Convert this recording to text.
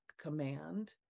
command